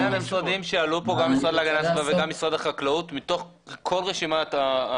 גם המשרד להגנת הסביבה וגם משרד החקלאות עלו כאן ומתוך כל רשימת הפריטים